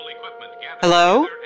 Hello